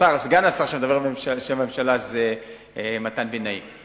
סגן השר שמדבר בשם הממשלה זה מתן וילנאי.